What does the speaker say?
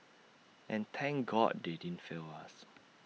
and thank God they didn't fail us